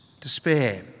despair